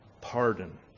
pardon